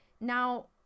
now